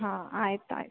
ಹಾಂ ಆಯ್ತು ಆಯ್ತು